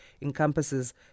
encompasses